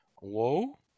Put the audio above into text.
Whoa